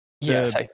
Yes